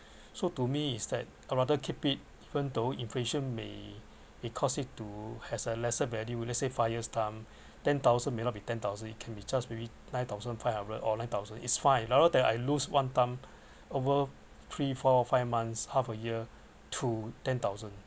so to me is that a rather keep it even though inflation may may cause it to has a lesser value let's say five years time ten thousand may not be ten thousand it can be just maybe nine thousand five hundred or nine thousand is fine rather than I lose one time over three four five months half a year to ten thousand